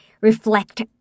reflect